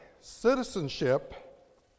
citizenship